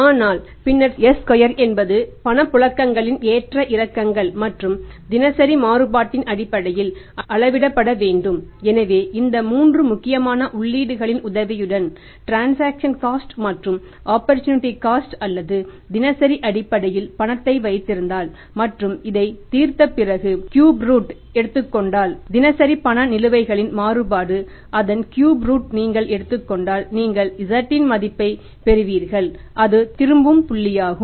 ஆனால் பின்னர் s square நீங்கள் எடுத்துக் கொண்டால் நீங்கள் z இன் மதிப்பைப் பெறுவீர்கள் அது திரும்பும் புள்ளியாகும்